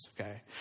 okay